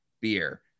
beer